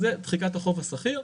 אז זה דחיקת החוב הסחיר.